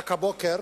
רק הבוקר